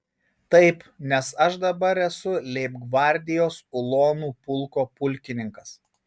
taip nes aš dabar esu leibgvardijos ulonų pulko pulkininkas